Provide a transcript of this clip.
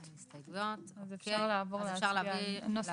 המוצע, במקום